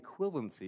equivalency